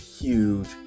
huge